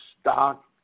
stock